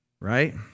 right